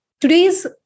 Today's